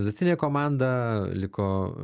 organizacinė komanda liko